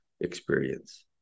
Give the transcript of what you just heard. experience